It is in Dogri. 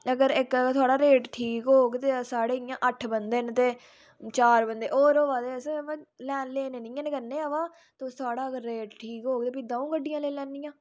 अगर इक थोहड़ा रेट ठीक होग ते साढ़े इयां अट्ठ बंदे ना चार बंदे और अबा दे अस में लेने नेई है कन्नै मगर अबा तुस थोहड़ा अगर रेट ठीक होग ता दंऊ गड्डियां लेई लैनी आं